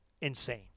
insane